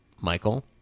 Michael